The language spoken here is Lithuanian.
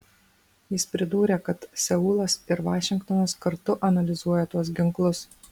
jis pridūrė kad seulas ir vašingtonas kartu analizuoja tuos ginklus